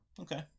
Okay